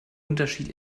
unterschied